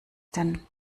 denn